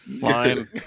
Fine